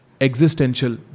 existential